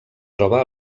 troba